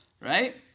right